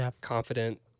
confident